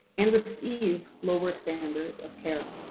and receive lower standards of care.